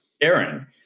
Aaron